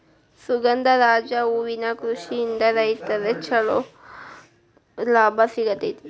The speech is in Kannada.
ಸುಗಂಧರಾಜ ಹೂವಿನ ಕೃಷಿಯಿಂದ ರೈತ್ರಗೆ ಚಂಲೋ ಲಾಭ ಸಿಗತೈತಿ